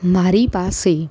મારી પાસે